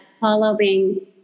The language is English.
following